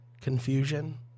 Confusion